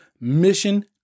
mission